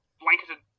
blanketed